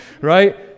right